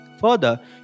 Further